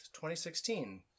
2016